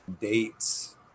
dates